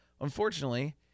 Unfortunately